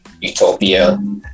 utopia